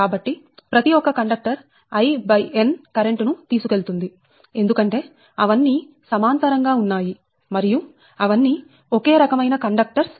కాబట్టి ప్రతి ఒక్క కండక్టర్ In కరెంట్ ను తీసుకెళుతుంది ఎందుకంటే అవన్నీ సమాంతరంగా ఉన్నాయి మరియు అవన్నీ ఒకే రకమైన కండక్టర్స్